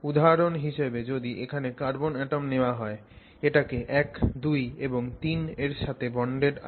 উধাহরণ হিসেবে যদি এখানে কার্বন অ্যাটম নেওয়া হয় এটা 1 2 এবং 3 এর সাথে বন্ডেড আছে